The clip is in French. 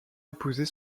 épouser